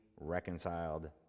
reconciled